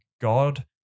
God